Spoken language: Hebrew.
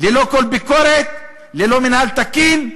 ללא כל ביקורת, ללא מינהל תקין,